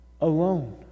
alone